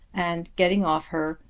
and getting off her,